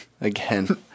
Again